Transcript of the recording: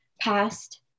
past